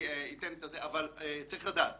צריך לדעת